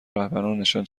رهبرانشان